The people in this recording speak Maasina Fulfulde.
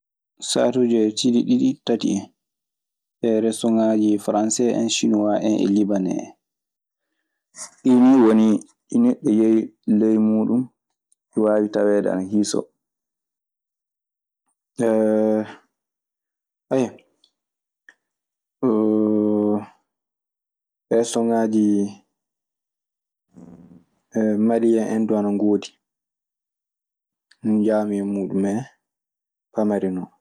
Saatuji cilli diɗɗi tati hen, e restogaji faranse hen, sinuwa hen e libane hen. Ɗii nii woni ɗi neɗɗo yehi ley muuɗun. Ɗi waawi taweede ana hiisoo. Jooni ka no sadu fuu kasindir mi e muɗum, eyyo.